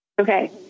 Okay